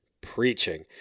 preaching